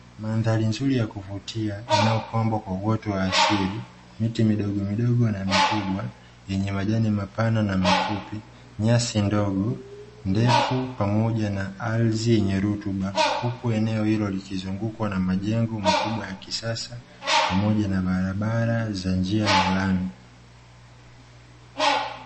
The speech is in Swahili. Mandhari nzuri ya kuvutia, inayopambwa kwa uoto wa asili, miti midogomidogo na mikubwa yenye majani mapana na mafupi, nyasi ndogo ndefu, pamoja na ardhi yenye rutuba, huku eneo hilo likizungukwa na majengo makubwa ya kisasa pamoja na barabara za njia ya lami.